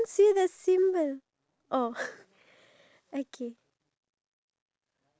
ya and then after that we minus off all the negativity from our life